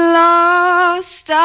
lost